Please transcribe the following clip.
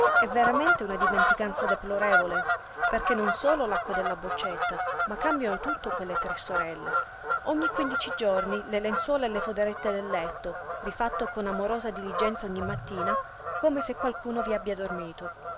è veramente una dimenticanza deplorevole perché non solo l'acqua della boccetta ma cambiano tutto quelle tre sorelle ogni quindici giorni le lenzuola e le foderette del letto rifatto con amorosa diligenza ogni mattina come se davvero qualcuno vi abbia dormito